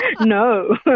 No